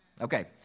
Okay